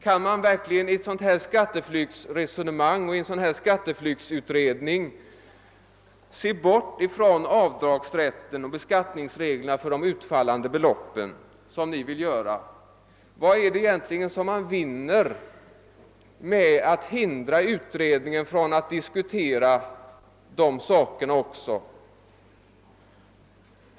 Kan man verkligen i en sådan här skatteflyktsutredning bortse från avdragsrätten och beskattningsreglerna för de utfallande beloppen som de moderata vill göra? Vad är det egentligen man vinner med att hindra utredningen från att diskutera också dessa saker?